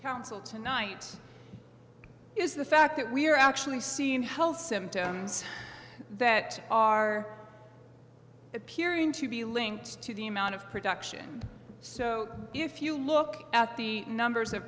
council tonight is the fact that we're actually seeing hell symptoms that are appearing to be linked to the amount of production so if you look at the numbers of